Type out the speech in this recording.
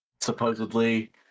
supposedly